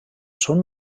són